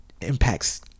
impacts